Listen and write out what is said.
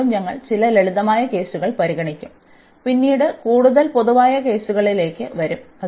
വീണ്ടും ഞങ്ങൾ ചില ലളിതമായ കേസുകൾ പരിഗണിക്കും പിന്നീട് കൂടുതൽ പൊതുവായ കേസുകളിലേക്ക് വരും